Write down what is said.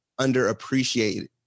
underappreciated